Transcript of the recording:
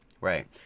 right